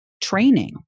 training